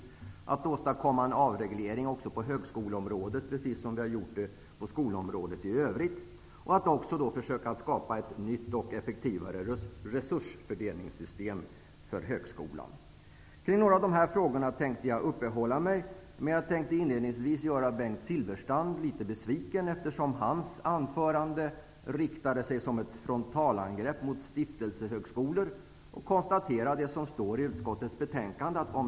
Vi vill åstadkomma en avreglering också på högskoleområdet, precis som vi har gjort på skolområdet i övrigt. Vi vill också försöka skapa ett nytt och effektivare resursfördelningssystem för högskolan. Jag tänkte uppehålla mig kring några av dessa frågor. Men inledningsvis tänkte jag göra Bengt Silfverstrand litet besviken, eftersom hans anförande riktade sig som ett frontalangrepp mot stiftelsehögskolor, och konstatera vad som står i utskottets betänkande.